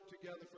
together